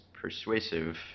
persuasive